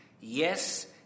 yes